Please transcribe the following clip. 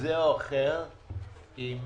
כזה או אחר עם